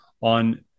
on